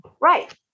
Right